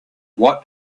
what